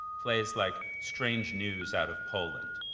plays like strange news out of poland,